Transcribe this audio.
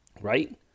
right